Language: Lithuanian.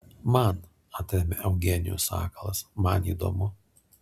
man atremia eugenijus sakalas man įdomu